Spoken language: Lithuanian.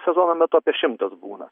sezono metu apie šimtas būna